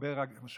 מה